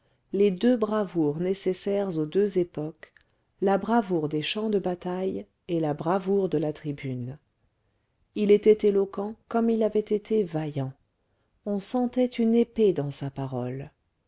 les deux bravoures nécessaires aux deux époques la bravoure des champs de bataille et la bravoure de la tribune il était éloquent comme il avait été vaillant on sentait une épée dans sa parole